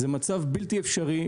זה מצב בלתי אפשרי,